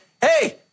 hey